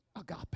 agape